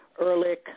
Ehrlich